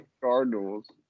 Cardinals